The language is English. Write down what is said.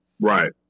right